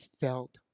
felt